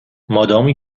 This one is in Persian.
مادامی